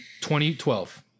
2012